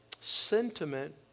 sentiment